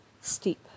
steep